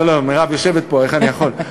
לא, לא, מרב יושבת פה, איך אני יכול?